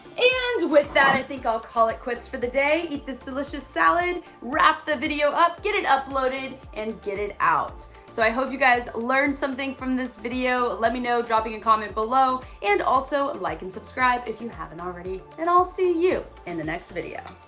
and with that, i think i'll call it quits for the day. eat this delicious salad, wrap the video up, get it uploaded, and get it out. so, i hope you guys learned something from this video. let me know, drop in your comment below. and also, like and subscribe if you haven't already. and i'll see you in the next video.